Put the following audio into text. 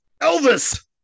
Elvis